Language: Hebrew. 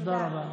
תודה רבה.